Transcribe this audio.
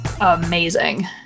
Amazing